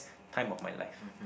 time of my life